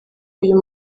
uyu